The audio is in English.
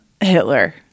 Hitler